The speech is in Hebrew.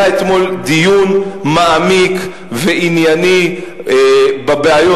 היה אתמול דיון מעמיק וענייני בבעיות.